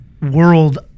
world